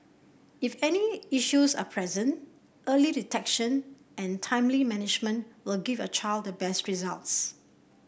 if any issues are present early detection and timely management will give your child the best results